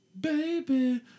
Baby